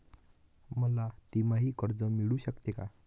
मला तिमाही कर्ज मिळू शकते का?